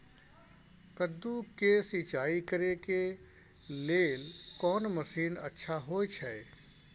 कद्दू के सिंचाई करे के लेल कोन मसीन अच्छा होय छै?